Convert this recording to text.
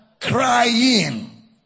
crying